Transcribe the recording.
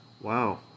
wow